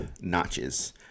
notches